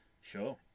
Sure